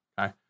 okay